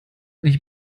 nicht